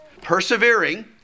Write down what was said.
Persevering